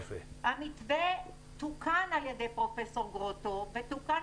המתווה תוקן על ידי פרופ' גרוטו ותוקן